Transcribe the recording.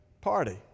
party